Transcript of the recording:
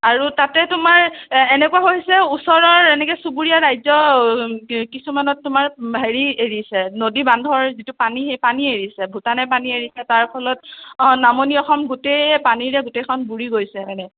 আৰু তাতে তোমাৰ এনেকুৱা হৈছে ওচৰৰ এনেকৈ চুবুৰীয়া ৰাজ্য কিছুমানত তোমাৰ হেৰি এৰি দিছে নদী বান্ধৰ যিটো পানী সেই পানী এৰিছে ভূটানে পানী এৰিছে তাৰ ফলত নামনি অসম গোটেই পানীৰে গোটেইখন বুৰি গৈছে মানে